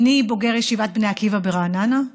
בני בוגר ישיבת בני עקיבא ברעננה,